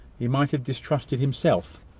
he might have distrusted himself.